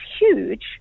huge